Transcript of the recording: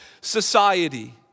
society